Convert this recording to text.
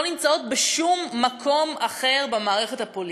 נמצאות בשום מקום אחר במערכת הפוליטית.